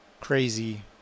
crazy